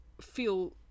feel